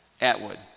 Atwood